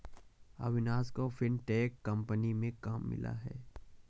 अविनाश को fintech company में काम मिला है